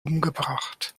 umgebracht